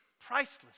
priceless